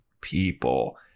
people